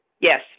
yes